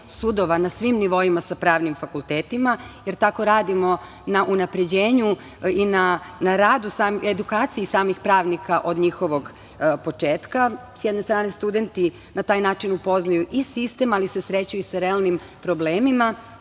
sudova na svim nivoima sa pravnim fakultetima, je tako radimo na unapređenju i na edukaciji samih pravnika od njihovog početka.S jedne strane studenti na taj način upoznaju i sistem, ali se sreću i sa realnim problemima,